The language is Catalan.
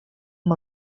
amb